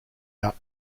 out